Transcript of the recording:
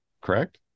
correct